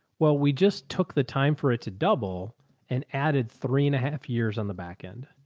well, we just took the time for it to double and added three and a half years on the backend.